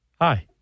Hi